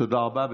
תודה רבה.